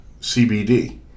CBD